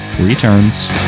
returns